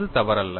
அது தவறல்ல